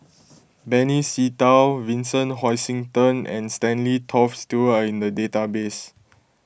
Benny Se Teo Vincent Hoisington and Stanley Toft Stewart are in the database